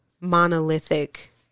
monolithic